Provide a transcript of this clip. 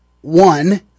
one